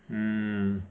mm